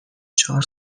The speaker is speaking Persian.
چهار